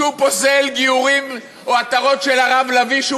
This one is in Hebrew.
שהוא פוסל גיורים או התרות של הרב לביא,